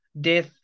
death